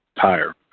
tire